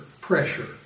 pressure